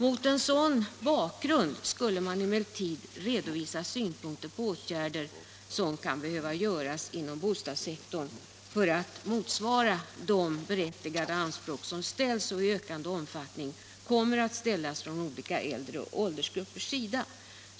Mot en sådan bakgrund skulle man emellertid redovisa synpunkter på åtgärder som kan behöva vidtas inom bostadssektorn för att det skall bli möjligt att motsvara berättigade anspråk som ställs och i ökande omfattning kommer att ställas från olika grupper av äldre.